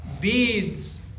beads